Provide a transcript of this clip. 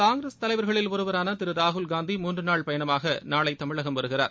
காங்கிரஸ் தலைவர்களில் ஒருவராள திரு ராகுல்காந்தி மூன்று நாள் பயனமாக நாளை தமிழகம் வருகிறார்